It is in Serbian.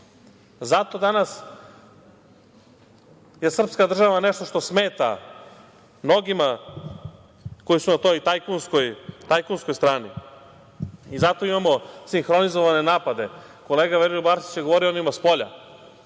je danas srpska država nešto što smeta mnogima koji su na toj tajkunskoj strani. Zato imamo sinhronizovane napade. Kolega Veroljub Arsić je govorio o onima spolja,